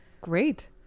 Great